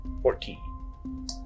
Fourteen